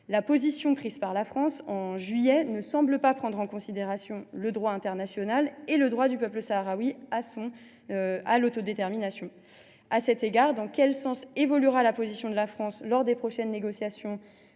La position prise par la France en juillet dernier ne semble prendre en considération ni le droit international ni le droit du peuple sahraoui à l’autodétermination. À cet égard, dans quel sens évoluera la position de la France lors des prochaines négociations